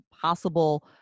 possible